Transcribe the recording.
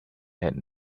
had